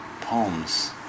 poems